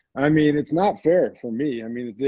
i mean, it's not fair for me. i mean,